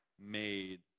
made